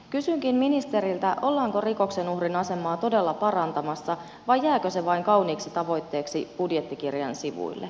kysynkin ministeriltä ollaanko rikoksen uhrin asemaa todella parantamassa vai jääkö se vain kauniiksi tavoitteeksi budjettikirjan sivuille